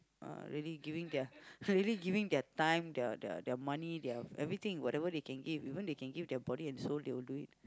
uh really giving their really giving their time their their their money their everything whatever they can give even they can give their body and soul they will do it